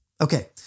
Okay